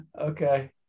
Okay